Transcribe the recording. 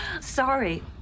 Sorry